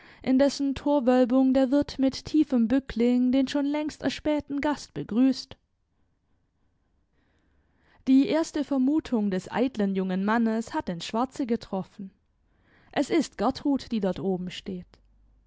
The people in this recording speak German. in dessen torwölbung der wirt mit tiefem bückling den schon längst erspähten gast begrüßt die erste vermutung des eitlen jungen mannes hat ins schwarze getroffen es ist gertrud die dort oben steht